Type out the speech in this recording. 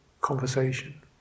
conversation